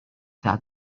that